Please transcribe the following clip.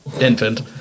infant